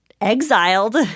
exiled